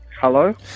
Hello